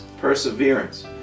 perseverance